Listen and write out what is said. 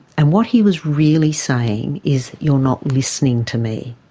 and what he was really saying is you're not listening to me,